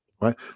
right